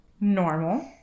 normal